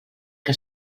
que